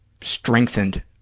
strengthened